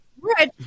Right